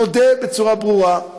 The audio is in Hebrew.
מודה בצורה ברורה.